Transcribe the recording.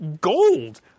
gold